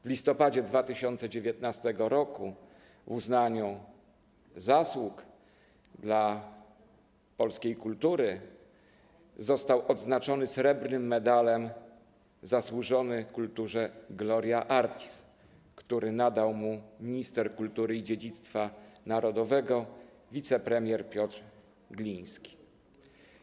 W listopadzie 2019 r. w uznaniu zasług dla polskiej kultury został odznaczony srebrnym medalem „Zasłużony Kulturze Gloria Artis”, który nadał mu minister kultury i dziedzictwa narodowego wicepremier Piotr Gliński.